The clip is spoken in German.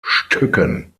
stücken